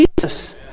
Jesus